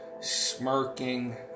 smirking